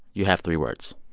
you have three words